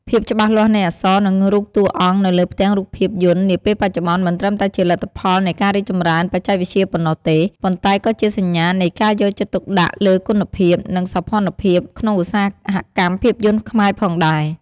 ភាពច្បាស់លាស់នៃអក្សរ និងរូបតួអង្គនៅលើផ្ទាំងរូបភាពយន្តនាពេលបច្ចុប្បន្នមិនត្រឹមតែជាលទ្ធផលនៃការរីកចម្រើនបច្ចេកវិទ្យាប៉ុណ្ណោះទេ ប៉ុន្តែក៏ជាសញ្ញានៃ ការយកចិត្តទុកដាក់លើគុណភាព និងសោភ័ណភាព ក្នុងឧស្សាហកម្មភាពយន្តខ្មែរផងដែរ ។